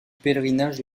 pèlerinage